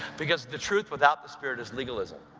because the truth without the spirit is legalism